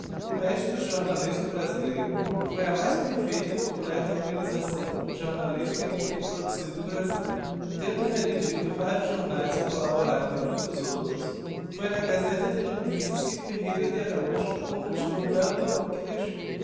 o mestre do jornalismo brasileiro foi a mais perfeita e completa organisação jornalística que tem produzido o brasil tendo redigido vários jomaes e collaborado em muitos outros foi na gazeta de noticias que ferreira de araújo conquistou o bello nome que deixou